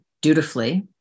dutifully